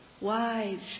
wives